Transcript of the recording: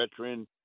veteran